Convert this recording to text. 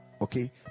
Okay